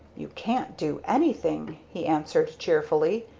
you can't do anything, he answered cheerfully.